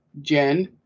Jen